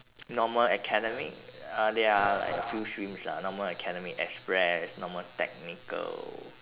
normal academic uh there are like a few streams lah normal academic express normal technical